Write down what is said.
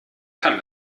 kann